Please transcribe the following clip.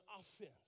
offense